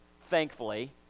thankfully